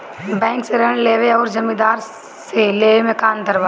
Bank से ऋण लेवे अउर जमींदार से लेवे मे का अंतर बा?